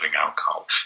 alcohol